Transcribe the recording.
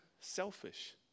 selfish